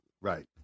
Right